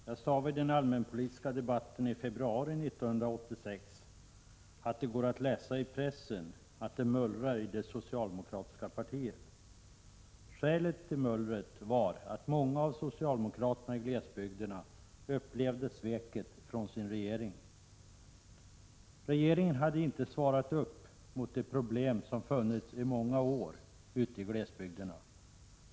Herr talman! I den allmänpolitiska debatten i februari 1986 sade jag att man kunde läsa i pressen att det mullrade i det socialdemokratiska partiet. Skälet till mullret var att många av socialdemokraterna i glesbygderna upplevde ett svek från sin regering. Regeringen hade inte visat sig vuxen de problem som i många år funnits ute i glesbygderna.